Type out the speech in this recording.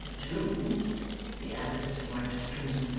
of the two he added, as he wiped his crimson face,